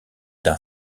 d’un